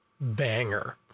banger